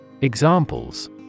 Examples